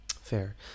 Fair